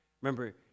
Remember